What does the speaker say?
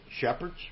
shepherds